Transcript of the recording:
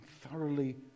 thoroughly